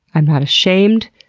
i'm not ashamed.